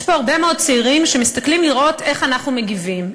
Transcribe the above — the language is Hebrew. יש פה הרבה מאוד צעירים שמסתכלים לראות איך אנחנו מגיבים,